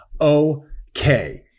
okay